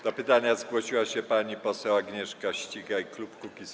Do pytania zgłosiła się pani poseł Agnieszka Ścigaj, klub Kukiz’15.